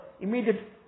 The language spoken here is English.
immediate